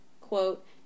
quote